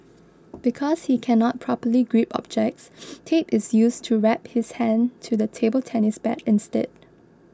because he cannot properly grip objects tape is used to wrap his hand to the table tennis bat instead